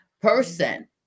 person